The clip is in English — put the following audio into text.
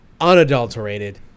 unadulterated